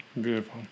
beautiful